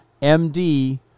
MD